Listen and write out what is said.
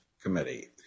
Committee